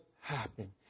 happen